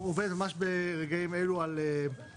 חוק ומשפט עובדת ממש ברגעים אלה על תיקון